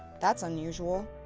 that's unusual.